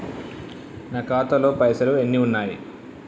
నా ఖాతాలో పైసలు ఎన్ని ఉన్నాయి?